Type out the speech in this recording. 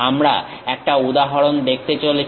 আমরা একটা উদাহরণ দেখতে চলেছি